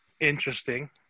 interesting